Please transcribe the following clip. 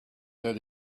that